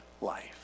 life